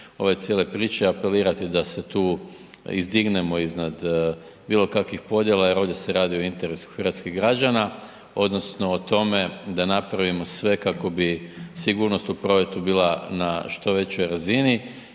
ove cijele priče, apelirati da se tu izdignemo iznad bilo kakvih podjela jer ovdje se radi o interesu hrvatskih građana odnosno o tome da napravimo sve kako bi sigurnost u prometu bila na što većoj razini